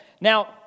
Now